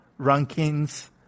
rankings